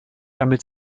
damit